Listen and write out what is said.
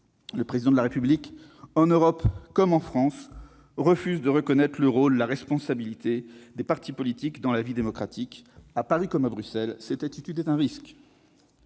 le Président de la République refuse de reconnaître le rôle et la responsabilité des partis politiques dans la vie démocratique. À Paris comme à Bruxelles, cette attitude représente un risque.